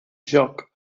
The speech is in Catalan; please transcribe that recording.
joc